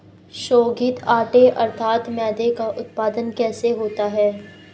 शोधित आटे अर्थात मैदे का उत्पादन कैसे होता है?